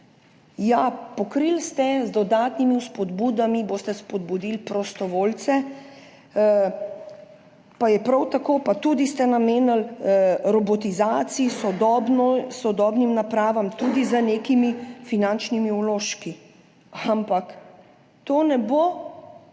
Ja, z dodatnimi spodbudami boste spodbudili prostovoljce, pa je prav tako, pa tudi ste namenili robotizaciji, sodobnim napravam, tudi z nekimi finančnimi vložki, ampak to ne bo